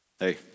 Hey